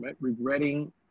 regretting